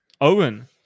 owen